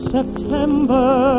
September